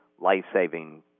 life-saving